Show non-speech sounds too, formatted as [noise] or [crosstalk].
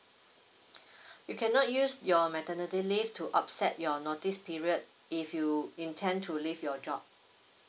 [breath] you cannot use your maternity leave to offset your notice period if you intend to leave your job